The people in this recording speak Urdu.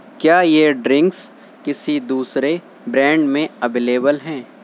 کیا یہ ڈرنکس کسی دوسرے برینڈ میں ابیلیول ہیں